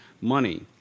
money